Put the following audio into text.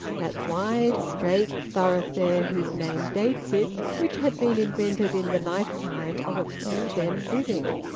that wide, straight thoroughfare, whose name dates it, which had been invented, in the lifetime of a few then living,